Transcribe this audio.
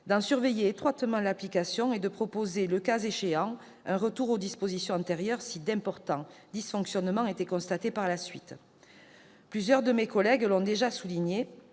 d'en surveiller étroitement l'application et de proposer, le cas échéant, un retour aux dispositions antérieures, si d'importants dysfonctionnements étaient constatés par la suite. Plusieurs de mes collègues l'ont déjà souligné,